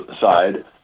side